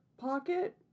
pocket